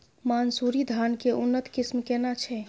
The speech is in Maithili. मानसुरी धान के उन्नत किस्म केना छै?